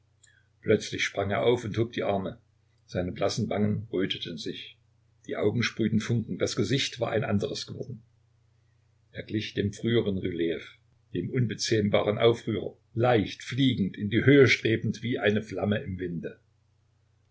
plötzlich sprang er auf und hob die arme seine blassen wangen röteten sich die augen sprühten funken das gesicht war ein anderes geworden er glich dem früheren rylejew dem unbezähmbaren aufrührer leicht fliegend in die höhe strebend wie eine flamme im winde